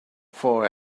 for